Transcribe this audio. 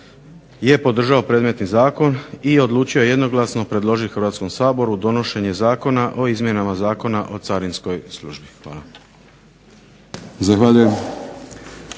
je podržao predmetni zakon i odlučio je jednoglasno predložiti Hrvatskom saboru donošenje Zakona o izmjenama Zakona o Carinskoj službi. Hvala.